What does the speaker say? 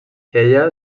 ella